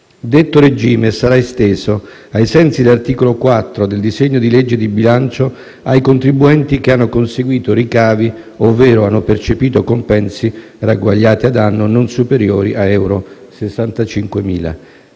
Detto regime sarà esteso, ai sensi dell'articolo 4 del disegno di legge di bilancio, ai contribuenti che hanno conseguito ricavi, ovvero hanno percepito compensi ragguagliati ad anno non superiori a euro 65.000